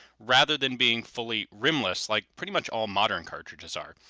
rather than being fully rimless like pretty much all modern cartridges are.